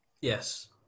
Yes